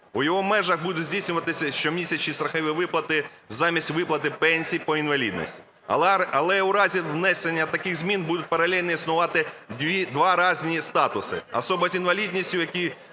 У його межах будуть здійснюватися щомісячні страхові виплати замість виплати пенсій по інвалідності. Але у разі внесення таких змін будуть паралельно існувати два різні статуси – особа з інвалідністю, який